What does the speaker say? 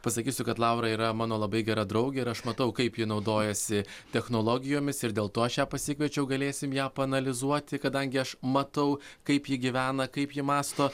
pasakysiu kad laura yra mano labai gera draugė ir aš matau kaip ji naudojasi technologijomis ir dėl to aš ją pasikviečiau galėsim ją paanalizuoti kadangi aš matau kaip ji gyvena kaip ji mąsto